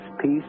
peace